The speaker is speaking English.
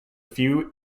few